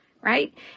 right